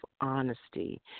honesty